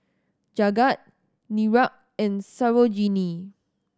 Jagat Niraj and Sarojini